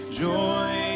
joy